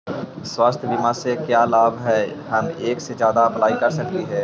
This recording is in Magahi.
स्वास्थ्य बीमा से का क्या लाभ है हम एक से जादा अप्लाई कर सकली ही?